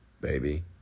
baby